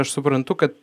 aš suprantu kad